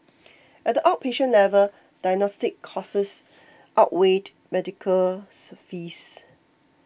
at the outpatient level diagnostic costs outweighed medical fees